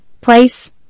place